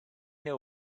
know